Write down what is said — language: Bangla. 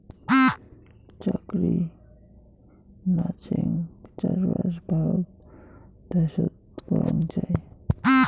চাকুরি নাচেঙ চাষবাস ভারত দ্যাশোতে করাং যাই